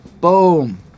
boom